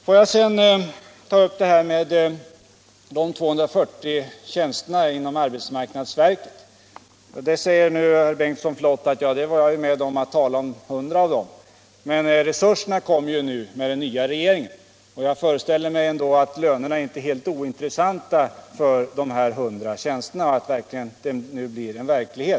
Får jag sedan ta upp detta med de 240 tjänsterna inom arbetsmarknadsverket. Herr Bengtsson säger nu flott att ”100 av dessa tjänster tillsatte jag”. Men resurserna kommer ju nu genom den nya regeringen, och jag föreställer mig att lönerna för dessa 100 tjänster inte är helt ointressanta.